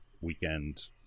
weekend